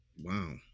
Wow